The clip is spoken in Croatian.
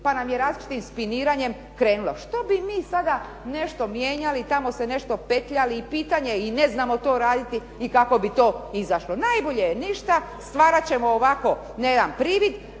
pa nam je različitim spiniranjem krenulo. Što bi mi sada nešto mijenjali, tamo se nešto petljali, pitanje je i ne znamo to raditi i kako bi to izašlo. Najbolje je ništa, stvarat ćemo ovako jedan privid